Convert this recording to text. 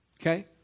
Okay